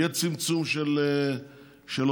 יהיה צמצום של הוצאות,